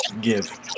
Give